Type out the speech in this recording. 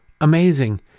amazing